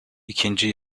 i̇kinci